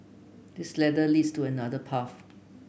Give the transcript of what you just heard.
this ladder leads to another path